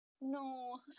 No